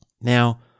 Now